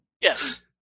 Yes